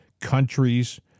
countries